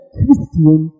Christian